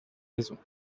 raisons